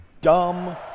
dumb